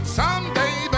someday